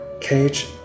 cage